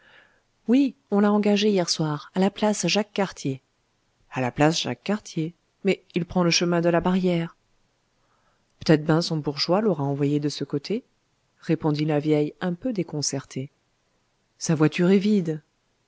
oui on l'a engagé hier soir à la place jacques cartier a la place jacques cartier mais il prend le chemin de la barrière p't'êt'ben son bourgeois l'aura envoyé de ce côté répondit la vieille un peu déconcertée sa voiture est vide